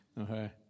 Okay